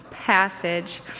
passage